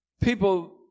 People